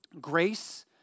Grace